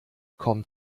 kommt